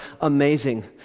amazing